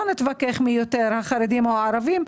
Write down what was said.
לא נתווכח מי יותר החרדים או הערבים.